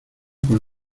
con